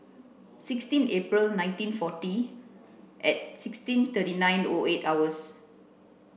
sixteen April nineteen forty at sixteen thirty nine O eight hours